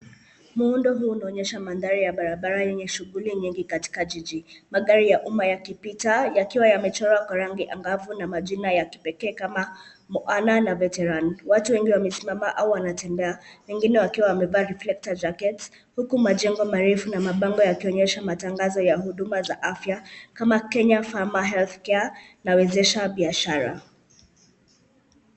Muundo huu unaonyesha mandhari ya barabarani yenye shughuli nyingi katika jiji. Magari ya umma yakipita, yakiwa yamechorwa kwa rangi angavu na majina ya kipekee kama Moana na Veteran . Watu wengine wamesimama au wanatembea, wengine wakiwa wamevaa reflector jackets , huku majengo marefu na mabango yakionyesha matangazo ya huduma za afya kama Kenya Pharma Healthcare na Wezesha Biashara.